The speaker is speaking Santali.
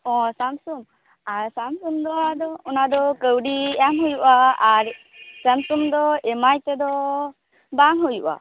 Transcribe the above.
ᱳ ᱥᱟᱢᱥᱩᱝ ᱥᱟᱢᱥᱩᱝ ᱫᱚ ᱟᱫᱚ ᱚᱱᱟᱫᱚ ᱠᱟᱹᱣᱰᱤ ᱮᱢ ᱦᱩᱭᱩᱜᱼᱟ ᱟᱨ ᱥᱟᱢᱥᱩᱝ ᱫᱚ ᱮᱢᱟᱭ ᱛᱮᱫᱚ ᱵᱟᱝ ᱦᱩᱭᱩᱜᱼᱟ